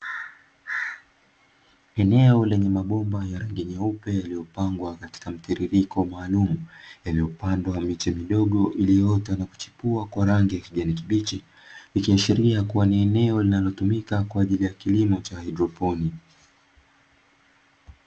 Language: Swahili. Eneo lenye mabomba yenye rangi nyeupe yalipangwa kwa mtiririko maalumu, imepandwa miche midogo iliyoota na kuchipua kwa rangi ya kijani kibichi ikiashiria kuwa ni eneo linalotumika kwa ajili ya kilimo cha haidroponi.